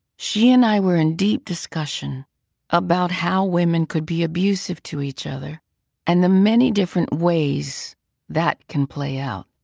she and i were in deep discussion about how women could be abusive to each other and the many different ways that can play out.